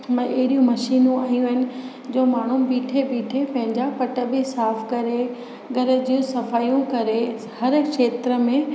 अहिड़ियूं मशीनूं आयूं आहिनि जो माण्हू बीठे बीठे पंहिंजा पट बि साफ़ु करे घर जी सफ़ायूं करे हर खेत्र में